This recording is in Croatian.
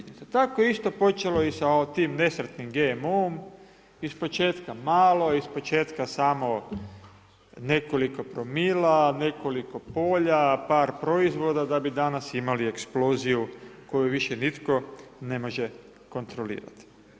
Tako je isto počelo i sa tim nesretnim GMO, iz početka malo, iz početka samo, nekoliko promila, nekoliko polja, par proizvoda, da bi danas imali eksploziju koju više nitko ne može kontrolirati.